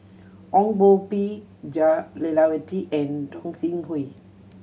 Ong Koh Bee Jah Lelawati and Gog Sing Hooi